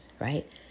right